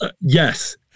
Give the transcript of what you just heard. Yes